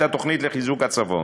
את התוכנית לחיזוק הצפון,